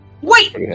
Wait